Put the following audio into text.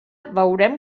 veurem